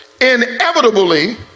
inevitably